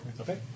Okay